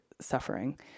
suffering